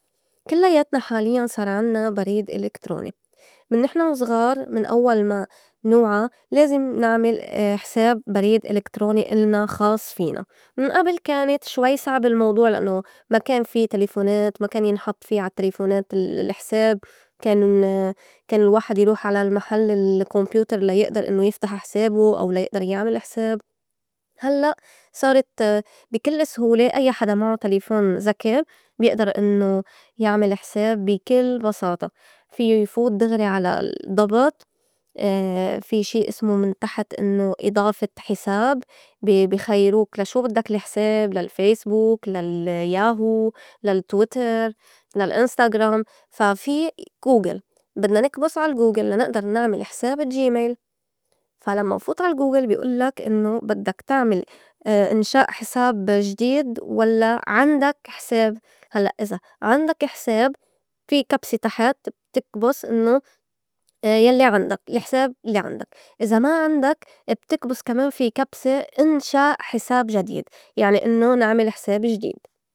كلّياتنا حاليّاً صار عنّا بريد إلكتروني. من نحن وصغار من أوّل ما نوعى لازم نعمل حساب بريد إلكتروني إلنا خاص فينا. من أبل كانت شوي صعب الموضوع لأنوا ما كان في تلفونات، ما كان ينحط في عالتّلفونات ال- لحساب كان- كان الواحد يروح على المحل الكومبيوتر لا يقدر إنّو يفتح حسابه أو لا يقدر يعمل حساب. هلّأ صارت بي كِلْ سهولة أي حدا معو تلفون زكي بيقدر إنّو يعمل حساب بي كل بساطة. فيو يفوت دغري على الضّبط، في شي اسموا من تحت إنّو إضافة حساب بي- بي خيروك لا شو بدّك الحساب للفايسبوك، للياهو، للتويتر، للإنستغرام، فا في غوغل بدنا نكبُس عال الغوغل لا نقدر نعمل حساب Gmail، فا لمّا نفوت عال الغوغل بي أُلّك إنّو بدّك تعمل إنشاء حِساب جديد ولّا عندك حساب؟ هلّأ إذا عندك حساب في كبسة تحت بتكبُس إنّو يلّي عندك الحساب الّي عندك، إذا ما عندك بتكبس كمان في كبسة إن شاء حساب جديد يعني إنّو نعمل حساب جديد.